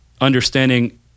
understanding